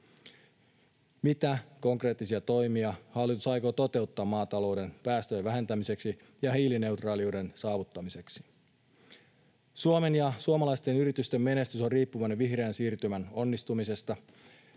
Mitä konkreettisia toimia hallitus aikoo toteuttaa maatalouden päästöjen vähentämiseksi ja hiilineutraaliuden saavuttamiseksi? Suomen ja suomalaisten yritysten menestys on riippuvainen vihreän siirtymän onnistumisesta.